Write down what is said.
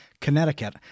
Connecticut